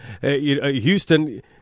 Houston